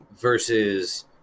versus